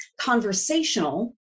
conversational